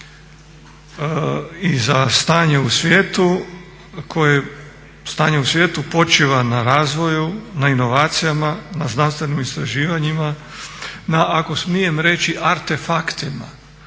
i za stanje u svijetu koje, stanje u svijetu počiva na razvoju, na inovacijama, na znanstvenim istraživanjima, na ako smijem reći artefaktima,